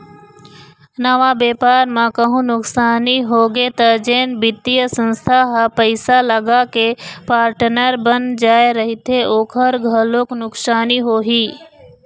नवा बेपार म कहूँ नुकसानी होगे त जेन बित्तीय संस्था ह पइसा लगाके पार्टनर बन जाय रहिथे ओखर घलोक नुकसानी होही